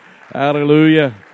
Hallelujah